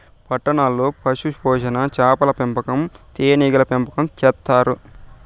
పట్టణాల్లో పశుపోషణ, చాపల పెంపకం, తేనీగల పెంపకం చేత్తారు